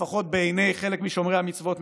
לפחות בעיני חלק משומרי המצוות,